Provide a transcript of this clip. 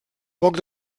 poc